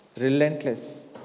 Relentless